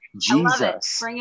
Jesus